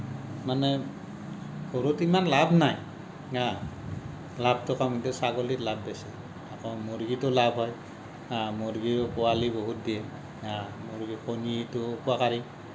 মানে গৰুত ইমান লাভ নাই হা লাভটো কম এতিয়া ছাগলীত লাভ বেছি আকৌ মূৰ্গীতো লাভ হয় হা মূৰ্গীও পোৱালী বহুত দিয়ে হা মূৰ্গীৰ কণীটোও উপকাৰী